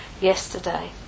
yesterday